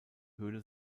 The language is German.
höhle